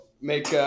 Make